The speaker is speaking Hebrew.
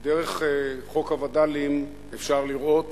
דרך חוק הווד"לים אפשר לראות